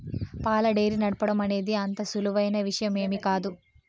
పాల డెయిరీ నడపటం అనేది అంత సులువైన విషయమేమీ కాదు